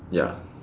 ya